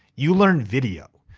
you learn video,